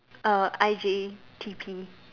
uh I_J_T_P